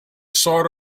sort